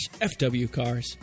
fwcars